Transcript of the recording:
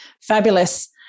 fabulous